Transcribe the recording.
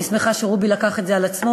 אני שמחה שרובי לקח את זה על עצמו,